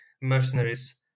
mercenaries